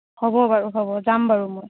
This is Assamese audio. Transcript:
হ'ব বাৰু হ'ব যাম বাৰু মই